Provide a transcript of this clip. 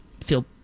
feel